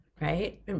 right